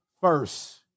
first